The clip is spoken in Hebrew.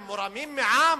הם מורמים מעם?